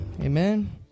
Amen